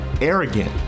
arrogant